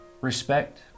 respect